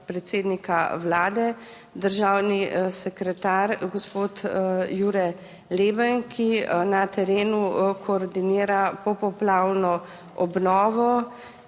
predsednika Vlade, državni sekretar, gospod Jure Leben, ki na terenu koordinira popoplavno obnovo.